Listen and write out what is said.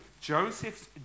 Joseph's